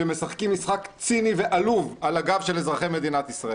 שמשחקים משחק ציני ועלוב על הגב של אזרחי מדינת ישראל.